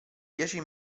dieci